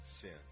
sin